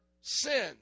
sin